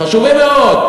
חשובים מאוד.